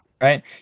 Right